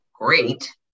great